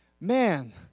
Man